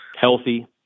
healthy